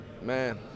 Man